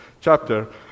chapter